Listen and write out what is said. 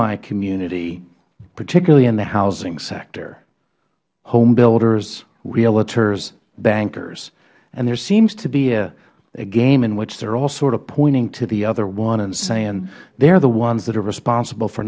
my community particularly in the housing sector homebuilders realtors bankers and there seems to be a game in which they are all sort of pointing to the other one and saying they are the ones responsible for